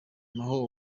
naho